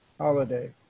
holiday